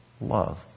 love